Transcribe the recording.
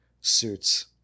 suits